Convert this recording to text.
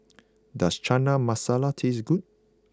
does Chana Masala tastes good